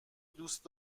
دوست